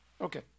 Okay